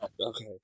Okay